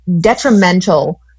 detrimental